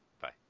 Bye